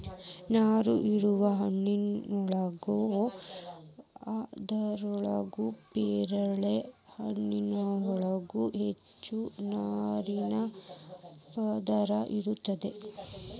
ನಾರು ಇರುವ ಹಣ್ಣುಗಳು ಅದರೊಳಗ ಪೇರಲ ಹಣ್ಣಿನ್ಯಾಗ ಹೆಚ್ಚ ನಾರಿನ ಪದಾರ್ಥ ಇರತೆತಿ